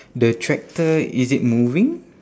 the tractor is it moving